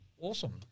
awesome